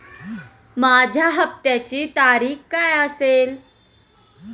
माझ्या हप्त्याची तारीख काय असेल?